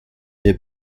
est